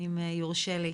אם יורשה לי.